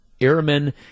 airmen